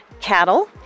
cattle